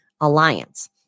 alliance